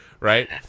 Right